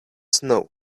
snow